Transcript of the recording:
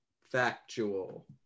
factual